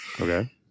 Okay